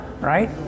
right